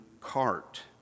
cart